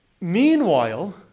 Meanwhile